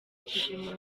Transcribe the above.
ikivi